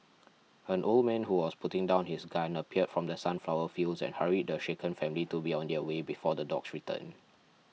an old man who was putting down his gun appeared from the sunflower fields and hurried the shaken family to be on their way before the dogs return